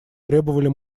требовали